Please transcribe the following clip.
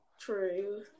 True